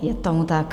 Je tomu tak.